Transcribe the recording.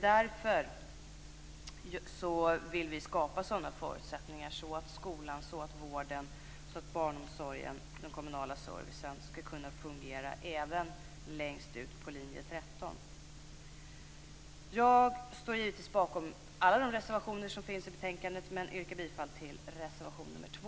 Därför vill vi skapa sådana förutsättningar att skolan, vården, barnomsorgen och den kommunala servicen skall kunna fungera även längst ut på linje 13. Jag står givetvis bakom alla de reservationer som vi har i betänkandet men yrkar bifall till reservation 2.